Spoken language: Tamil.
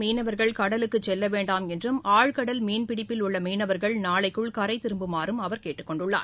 மீனவர்கள் கடலுக்குசெல்லவேண்டாம் என்றும் ஆழ்கடல் மீன்பிடிப்பில் உள்ளமீனவர்கள் நாளைக்குள் கரைதிரும்புமாறுஅவர் கூறியுள்ளார்